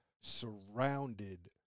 surrounded